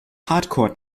hardcore